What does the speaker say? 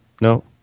no